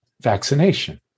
vaccination